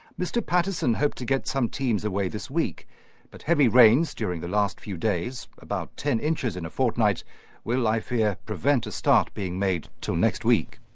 mr patterson hoped to get some teams away this week but heavy rains during the last few days, about ten inches in a fortnight will, i fear, prevent a start being made till next week.